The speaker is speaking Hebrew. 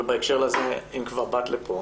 אבל בהקשר לזה, אם כבר באת לפה